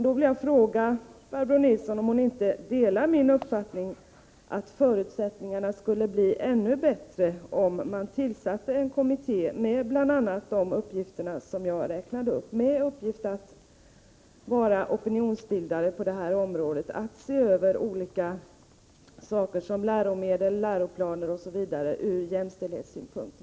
Då vill jag fråga, om hon inte delar min uppfattning att förutsättningarna skulle bli ännu bättre, om man tillsatte en kommitté med bl.a. de uppgifter som jag räknade upp: att vara opinionsbildare på det här området, att se över olika saker som läromedel, läroplaner osv. ur jämställdhetssynpunkt.